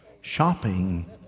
Shopping